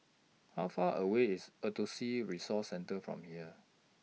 How Far away IS Autism Resource Centre from here